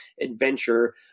adventure